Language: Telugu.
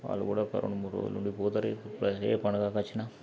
వాళ్ళు కూడా ఒక రెండు మూడు రోజులు ఉండి పోతారు ఏ పండుగకి వచ్చినా